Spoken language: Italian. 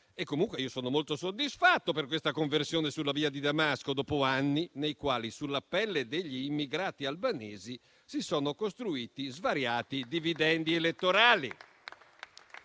Comunque io sono molto soddisfatto per questa conversione sulla via di Damasco, dopo anni nei quali, sulla pelle degli immigrati albanesi, si sono costruiti svariati dividendi elettorali.